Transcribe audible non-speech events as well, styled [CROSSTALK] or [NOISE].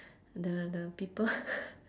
the the people [LAUGHS]